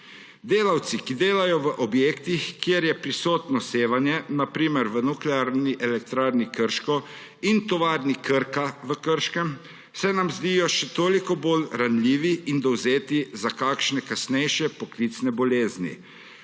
Delavci, ki delajo v objektih, kjer je prisotno sevanje, na primer v Nuklearni elektrarni Krško in Tovarni Krka v Krškem, se nam zdijo še toliko bolj ranljivi in dovzetni za kakšne kasnejše poklicne bolezni,